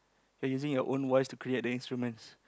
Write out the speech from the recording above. you're using your own voice to create the instruments